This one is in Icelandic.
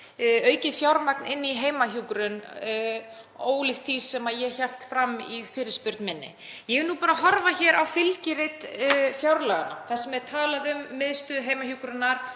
aukið fjármagn inn í heimahjúkrun, ólíkt því sem ég hélt fram í fyrirspurn minni. Ég vil nú bara horfa á fylgirit fjárlaganna þar sem er talað um Miðstöð heimahjúkrunar,